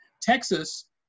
Texas